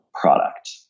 product